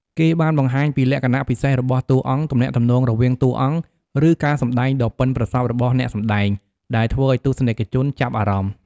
គេបានបង្ហាញពីលក្ខណៈពិសេសរបស់តួអង្គ ទំនាក់ទំនងរវាងតួអង្គ ឬការសម្ដែងដ៏ប៉ិនប្រសប់របស់អ្នកសម្ដែង ដែលធ្វើឱ្យទស្សនិកជនចាប់អារម្មណ៍។